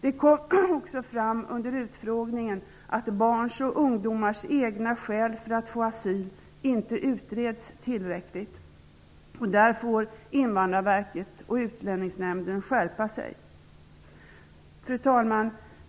Det kom också fram under utfrågningen att barns och ungdomars egna skäl för att få asyl inte utreds tillräckligt. Där får Invandrarverket och Utlänningsnämnden skärpa sig. Fru talman!